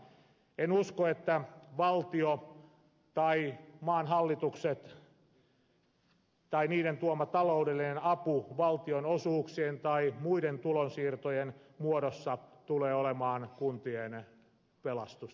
en usko että valtio tai maan hallitukset tai niiden tuoma taloudellinen apu valtionosuuksien tai muiden tulonsiirtojen muodossa tulee olemaan kuntien pelastus tai ratkaisu